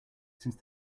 since